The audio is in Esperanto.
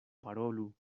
parolu